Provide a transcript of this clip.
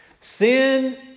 Sin